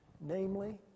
Namely